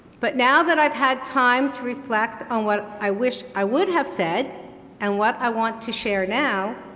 but now that i've had time to reflect on what i wish i would have said and what i want to share now,